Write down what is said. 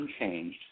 unchanged